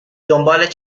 دنبال